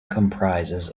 comprises